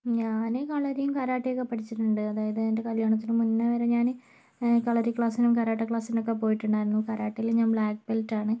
ഞാൻ കളരിയും കരാട്ടയൊക്കെ പഠിച്ചിട്ടുണ്ട് അതായത് എൻ്റെ കല്യാണത്തിനു മുൻപ് വരെ ഞാൻ കളരി ക്ലാസിനും കരാട്ട ക്ലാസിനൊക്കെ പോയിട്ടുണ്ടായിരുന്നു കരാട്ടയിൽ ഞാൻ ബ്ളാക്ക് ബെൽറ്റാണ്